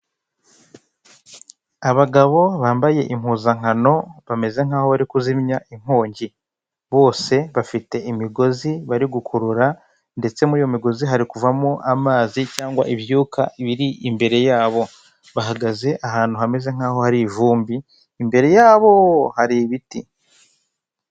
Abagabo bambaye impuzankano bameze nk'aho bari kuzimya inkonge bose bafite imigozi bari gukurura, ndetse muri iyo migozi hari kuvamo amazi cyangwa ibyuka biri imbere yabo bahagaze ahantu hameze nk'aho hari ivumbi imbere yabo hari ibiti.